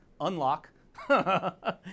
Unlock